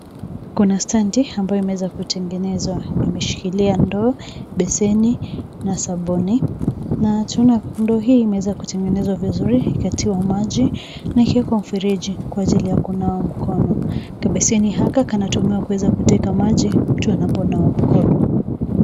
Kuna standi ambayo imeweza kutengenezwa. Imeshikilia ndoo, beseni na sabuni. Na tunaona ndoo imeweza kutengezwa vizuri ikatiwa maji na kuwekwa mfereji kwa ajili ya kunawa mkono. Kabeseni haka kanatumika kuteka maji tunaponawa mkono.